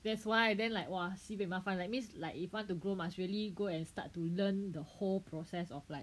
that's why then like !wah! sibei 麻烦 like means like if you want to grow must really go and start to learn the whole process of like